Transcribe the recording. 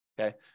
Okay